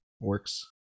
works